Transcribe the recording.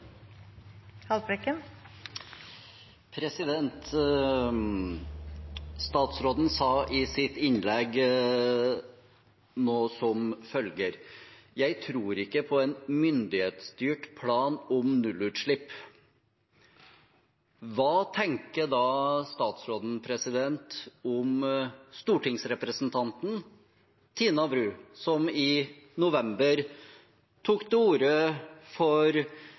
Statsråden sa i sitt innlegg omtrent som følger: Jeg tror ikke på en myndighetsstyrt plan om nullutslipp. Hva tenker da statsråden om stortingsrepresentanten Tina Bru, som i november tok til orde for